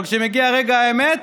אבל כאשר מגיע רגע האמת,